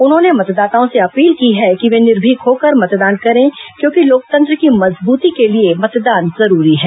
उन्होंने मतदाताओं से अपील की है कि वे निर्भीक होकर मतदान करें क्योंकि लोकतंत्र की मजबूती के लिए मतदान जरूरी है